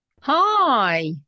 Hi